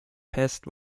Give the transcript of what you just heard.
passed